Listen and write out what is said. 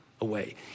away